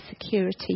security